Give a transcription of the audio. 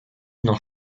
noch